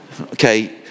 Okay